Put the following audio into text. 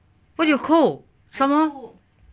what you cook somemore